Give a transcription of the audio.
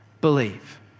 believe